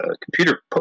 computer